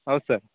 ಹೌದು ಸರ್